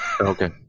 Okay